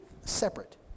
separate